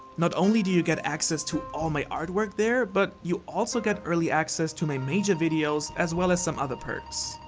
not only do you get access to all my artwork there, but you also get early access to my major videos as well as other perks.